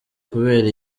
kubera